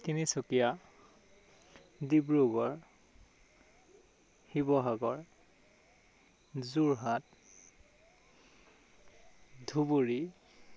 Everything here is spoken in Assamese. তিনিচুকীয়া ডিব্ৰুগড় শিৱসাগৰ যোৰহাট' ধুবুৰী